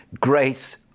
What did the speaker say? grace